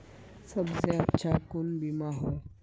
सबसे अच्छा कुन बिमा होय?